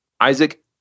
Isaac